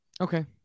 okay